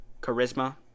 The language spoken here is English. charisma